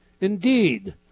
Indeed